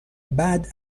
بعد